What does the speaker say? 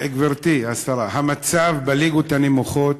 גברתי השרה, המצב בליגות הנמוכות,